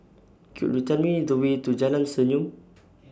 Could YOU Tell Me The Way to Jalan Senyum